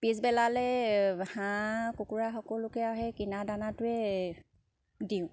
পিচবেলালৈ হাঁহ কুকুৰা সকলোকে সেই কিনা দানাটোৱে দিওঁ